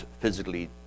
physically